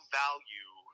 value